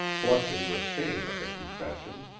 blushing with shame at the confession.